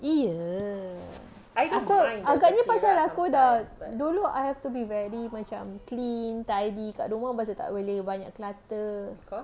iye aku agaknya pasal aku dah dulu I have to be very macam clean tidy kat rumah bahasa tak boleh banyak clutter